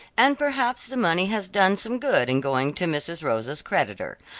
and perhaps the money has done some good in going to mrs. rosa's creditor.